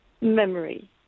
memory